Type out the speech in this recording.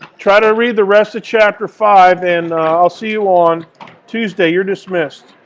try to read the rest of chapter five and i'll see you on tuesday. you're dismissed.